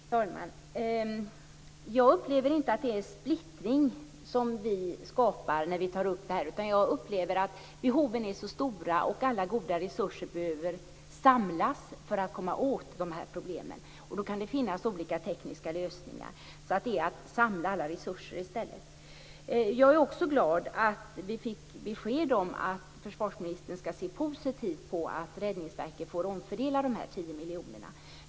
Fru talman! Jag tycker inte att vi skapar splittring när vi tar upp den här frågan. Jag upplever att behoven är så stora och att alla goda resurser behöver samlas för att komma åt problemen. Då kan det finnas olika tekniska lösningar. Det gäller att samla alla resurser. Jag är också glad att vi fick besked om att försvarsministern skall se positivt på att Räddningsverket får omfördela de 10 miljonerna.